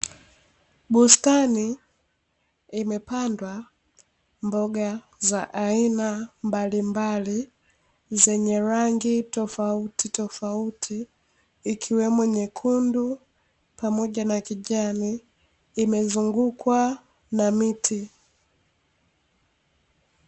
Bustani imepandwa mboga za aina mbalimbali zenye rangi tofautitofauti, ikiwemo nyekundu pamoja na kijani, imezungukwa na miti.